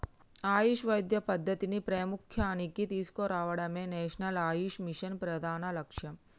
ఆయుష్ వైద్య పద్ధతిని ప్రాముఖ్య్యానికి తీసుకురావడమే నేషనల్ ఆయుష్ మిషన్ ప్రధాన లక్ష్యం